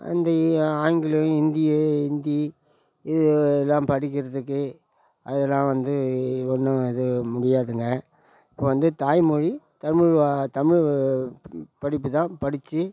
அந்த ஆங்கிலம் ஹிந்தியை ஹிந்தி இதலாம் படிக்கிறத்துக்கு அதெல்லாம் வந்து ஒன்றும் இது முடியாதுங்க இப்போ வந்து தாய்மொழி தமிழ் வ தமிழ் படிப்பு தான் படித்து